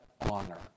honor